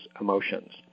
emotions